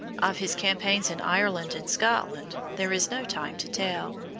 of his campaigns in ireland and scotland there is no time to tell.